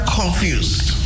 confused